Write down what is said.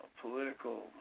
political